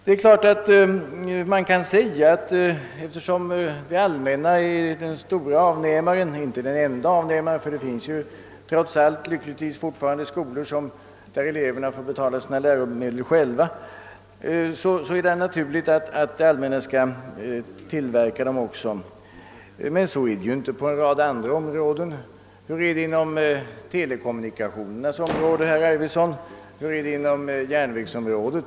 Det är klart att man kan säga, att eftersom det allmänna är den stora avnämaren — inte den enda avnämaren, ty det finns trots allt lyckligtvis fortfarande skolor där eleverna får betala sina läromedel själva så är det också naturligt att det allmänna tillverkar läromedlen. Men så är det ju inte på en rad andra områden. Hur är det på telekommunikationernas område, herr Arvidson? Hur är det på järnvägens område?